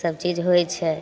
सबचीज होइ छै